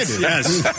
Yes